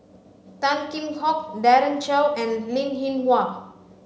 Tan Kheam Hock Daren Shiau and Linn In Hua